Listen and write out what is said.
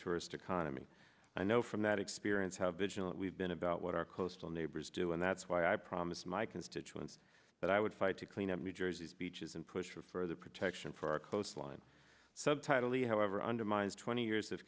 tourist economy i know from that experience have vigilant we've been about what our coastal neighbors do and that's why i promised my constituents that i would fight to clean up new jersey's beaches and push for further protection for our coastline subtitle e however undermines twenty years